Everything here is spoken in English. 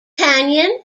canyon